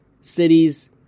cities